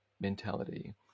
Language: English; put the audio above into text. mentality